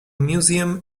museum